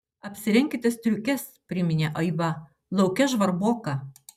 apsirenkite striukes priminė aiva lauke žvarboka